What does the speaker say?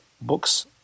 books